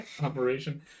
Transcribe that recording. operation